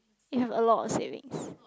you have a lot of savings